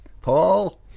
Paul